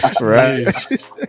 right